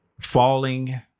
falling